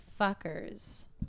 fuckers